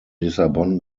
lissabon